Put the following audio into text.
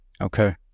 Okay